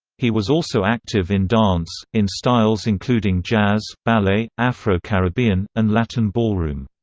he was also active in dance, in styles including jazz, ballet, afro-caribbean, and latin ballroom.